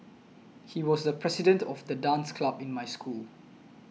he was the president of the dance club in my school